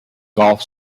golf